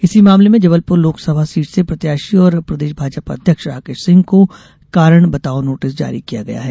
इसी मामले में जबलपुर लोकसभा सीट से प्रत्याशी और प्रदेश भाजपा अध्यक्ष राकेश सिंह को कारण बताओ नोटिस जारी किया गया है